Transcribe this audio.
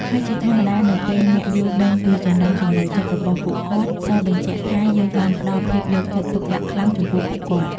ហើយជាធម្មតា នៅពេលអ្នកយល់ដឹងពីចំណង់ចំណូលចិត្តរបស់ពួកគាត់ សបញ្ជាក់ថាយើងបានផ្ដល់ភាពយកចិត្តទុកដាក់ខ្លាំងចំពោះពួកគាត់។